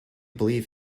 believe